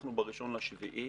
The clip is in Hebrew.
אנחנו ב-1 ביולי,